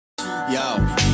Yo